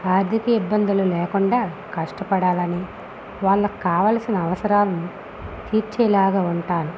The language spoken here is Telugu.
ఆర్థిక ఇబ్బందులు లేకుండా కష్టపడాలని వాళ్ళకు కావాల్సిన అవసరాలు తీర్చేలాగా ఉంటాను